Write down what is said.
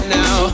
now